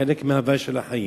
חלק מהווי החיים.